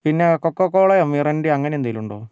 പിന്നെ കൊക്കോക്കോളയോ മിറിണ്ടയോ അങ്ങനെ എന്തെങ്കിലും ഉണ്ടോ